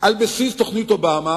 על בסיס תוכנית אובמה,